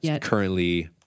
currently